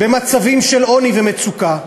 במצבים של עוני ומצוקה,